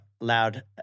loud